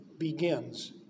Begins